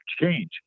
change